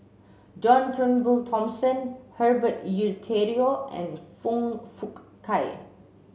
John Turnbull Thomson Herbert Eleuterio and Foong Fook Kay